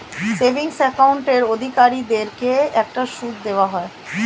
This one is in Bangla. সেভিংস অ্যাকাউন্টের অধিকারীদেরকে একটা সুদ দেওয়া হয়